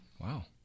wow